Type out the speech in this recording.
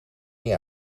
niet